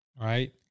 right